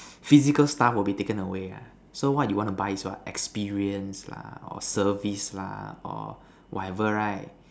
physical stuff will be taken away ah so what you want to buy is what experience lah or service lah or whatever right